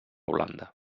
holanda